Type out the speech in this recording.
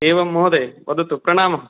एवं महोदय वदतु प्रणामः